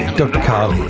dr karl here.